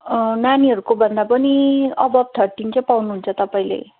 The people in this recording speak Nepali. नानीहरूको भन्दा पनि अबोभ थर्टिन चाहिँ पाउनुहुन्छ तपाईँले